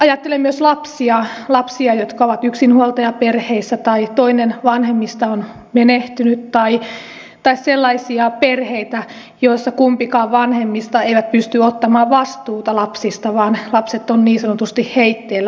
ajattelen myös lapsia lapsia jotka ovat yksinhuoltajaperheissä tai perheissä joista toinen vanhemmista on menehtynyt tai sellaisissa perheissä joissa kumpikaan vanhemmista ei pysty ottamaan vastuuta lapsista vaan lapset ovat niin sanotusti heitteillä